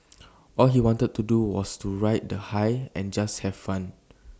all he wanted to do was to ride the high and just have fun